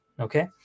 Okay